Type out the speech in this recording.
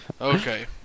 Okay